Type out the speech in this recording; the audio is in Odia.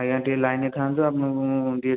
ଆଜ୍ଞା ଟିକେ ଲାଇନ୍ରେ ଥାଆନ୍ତୁ ଆପଣଙ୍କୁ ମୁଁ ଦୁଇଟା